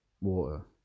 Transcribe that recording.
water